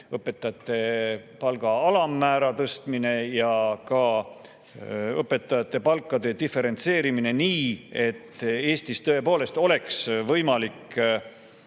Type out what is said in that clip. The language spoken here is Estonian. õpetajate palkade diferentseerimine nii, et Eestis tõepoolest oleks võimalik